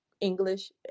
English